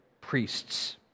priests